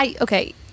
okay